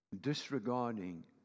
Disregarding